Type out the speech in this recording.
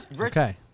okay